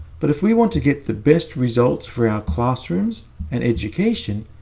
but if we want to get the best results for our classrooms and education,